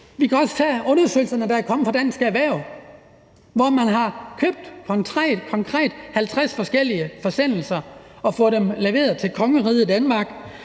Vi kan også tage undersøgelserne, der er kommet fra Dansk Erhverv, hvor man konkret har købt 50 forskellige produkter og fået dem leveret til kongeriget Danmark